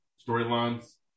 storylines